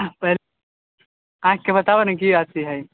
हाथ पैर आँखिके बताबऽ ने किया अथी हैं